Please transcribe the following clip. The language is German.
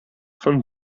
von